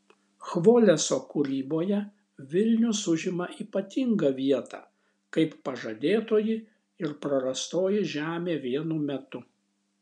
chvoleso kūryboje vilnius užima ypatingą vietą kaip pažadėtoji ir prarastoji žemė vienu metu